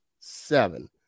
seven